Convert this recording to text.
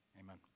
amen